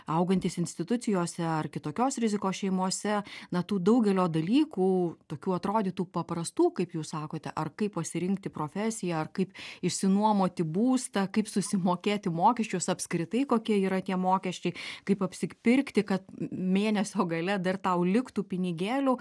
augantys institucijose ar kitokios rizikos šeimose na tų daugelio dalykų tokių atrodytų paprastų kaip jūs sakote ar kaip pasirinkti profesiją ar kaip išsinuomoti būstą kaip susimokėti mokesčius apskritai kokia yra tie mokesčiai kaip apsipirkti kad mėnesio gale dar tau liktų pinigėlių